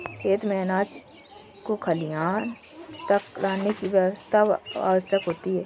खेत से अनाज को खलिहान तक लाने की व्यवस्था आवश्यक होती है